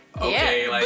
okay